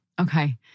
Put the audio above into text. Okay